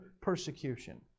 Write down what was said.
persecution